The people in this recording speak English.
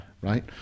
Right